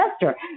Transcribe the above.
investor